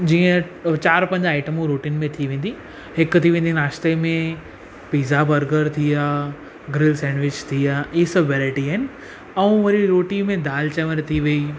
जीअं अ चारि पंज आइटमूं रोटिनि में थी वेंदी हिकु थी वेंदी नाश्ते में पिज़ा बर्गर थी विया ग्रिल सैंड्विच थी या इहे सभु वैराइटी आहिनि ऐं वरी रोटीअ में दाल चांवर थी वई